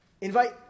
Invite